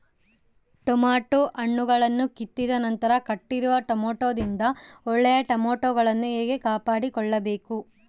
Tomato ಹಣ್ಣುಗಳನ್ನು ಕಿತ್ತಿದ ನಂತರ ಕೆಟ್ಟಿರುವ ಟೊಮೆಟೊದಿಂದ ಒಳ್ಳೆಯ ಟೊಮೆಟೊಗಳನ್ನು ಹೇಗೆ ಕಾಪಾಡಿಕೊಳ್ಳಬೇಕು?